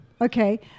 Okay